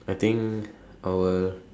I think I will